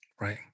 right